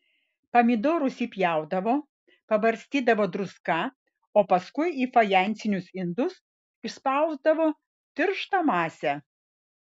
pomidorus įpjaudavo pabarstydavo druska o paskui į fajansinius indus išspausdavo tirštą masę